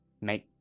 make